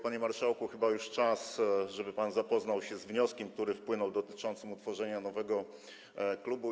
Panie marszałku, chyba już czas, żeby pan zapoznał się z wnioskiem, który wpłynął, dotyczącym utworzenia nowego klubu.